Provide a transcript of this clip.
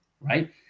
right